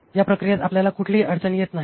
या प्रक्रियेत आपल्याला कुठलीही अडचण येत नाही